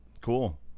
cool